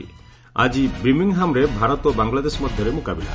ଆଜି ବିର୍ମିଂହାମ୍ରେ ଭାରତ ଓ ବାଙ୍ଗଲାଦେଶ ମଧ୍ୟରେ ମୁକାବିଲା